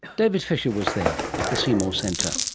david fisher was there at the seymour centre.